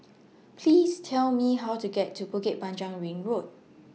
Please Tell Me How to get to Bukit Panjang Ring Road